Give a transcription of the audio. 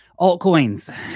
altcoins